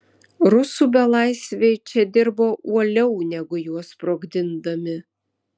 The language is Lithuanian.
rusų belaisviai čia dirbo uoliau negu juos sprogdindami